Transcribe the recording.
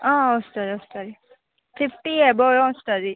వస్తుంది వస్తుంది fifty above వస్తుంది